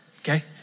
okay